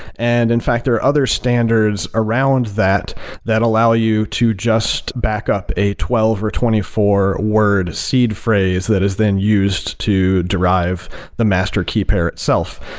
and in fact there are other standards around that that allow you to just backup a twelve or twenty four word seed phrase that is then used to derive the master key pair itself.